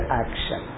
action